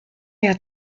had